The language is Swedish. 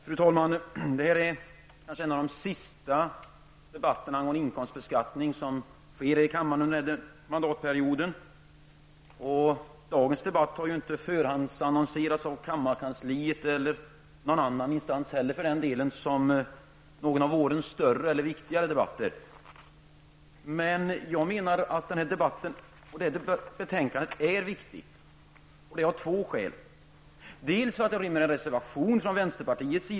Fru talman! Den här debatten är kanske en av de sista debatterna om inkomstbeskattningen här i kammaren under denna mandatperiod. Den här debatten har inte förhandsannonserats av vare sig kammarkansliet eller någon annan instans som en av vårens större och viktigare debatter. Men jag menar att denna debatt och detta betänkande är viktiga. De är viktiga av två skäl. För det första inrymmer betänkandet en reservation från oss i vänsterpartiet.